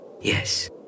Yes